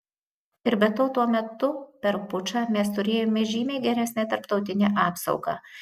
ir be to tuo metu per pučą mes turėjome žymiai geresnę tarptautinę apsaugą